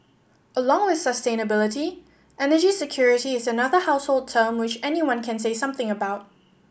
along with sustainability energy security is another household term which anyone can say something about